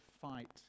fight